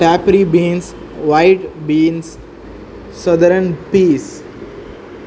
tepary beans white beans southern piece